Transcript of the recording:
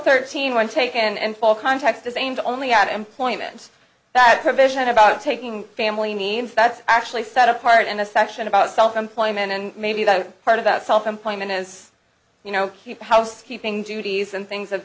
thirteen one take and fall context is aimed only at employment that provision about taking family needs that's actually set apart and a section about self employment and maybe that part of that self employment is you know keep housekeeping duties and things of